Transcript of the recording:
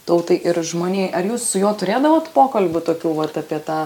tautai ir žmonijai ar jūs su juo turėdavote pokalbių tokių vat apie tą